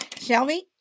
Shelby